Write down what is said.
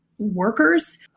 workers